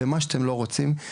ומה שאתם לא רוצים,